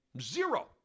Zero